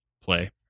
play